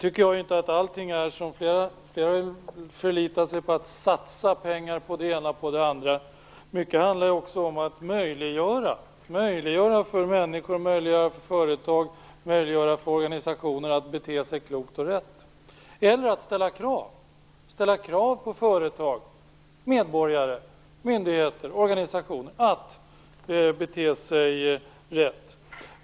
Flera har ju förlitat sig på att satsa pengar på det ena och andra. Det handlar ju också mycket om att möjliggöra. Det handlar om att möjliggöra för människor, företag och organisationer att bete sig klokt och rätt. Det handlar också om att ställa krav på företag, medborgare, myndigheter och organisationer att bete sig rätt.